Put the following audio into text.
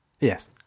yes